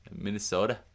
minnesota